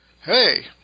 Hey